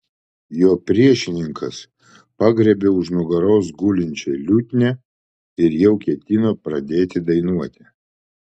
jo priešininkas pagriebė už nugaros gulinčią liutnią ir jau ketino pradėti dainuoti